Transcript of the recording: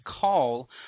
call